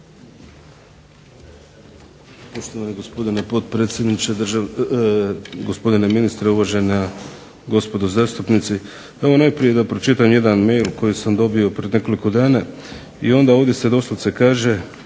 Poštovani gospodine potpredsjedniče, gospodine ministre, uvažena gospodo zastupnici. Evo najprije da pročitam jedan mail koji sam dobio prije nekoliko dana i onda ovdje se doslovce kaže